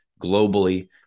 globally